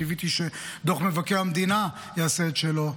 קיוויתי שדוח מבקר המדינה יעשה את שלו.